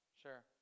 sure